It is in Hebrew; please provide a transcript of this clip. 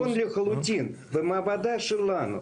זה נכון לחלוטין במעבדה שלנו.